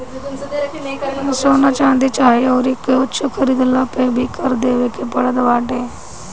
सोना, चांदी चाहे अउरी कुछु खरीदला पअ भी कर देवे के पड़त बाटे